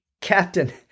Captain